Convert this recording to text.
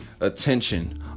attention